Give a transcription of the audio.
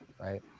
right